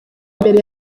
mbere